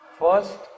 First